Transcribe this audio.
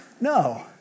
no